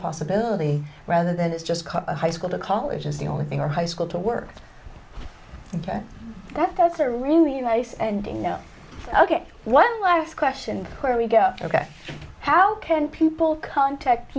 possibility rather than it's just a high school to college is the only thing our high school to work ok that's that's a really nice ending you know ok one last question where we go ok how can people contact